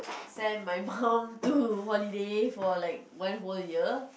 sent my mum too holiday for like one whole year